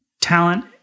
talent